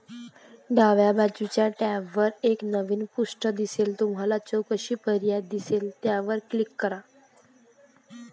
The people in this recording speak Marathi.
डाव्या बाजूच्या टॅबवर एक नवीन पृष्ठ दिसेल तुम्हाला चौकशी पर्याय दिसेल त्यावर क्लिक करा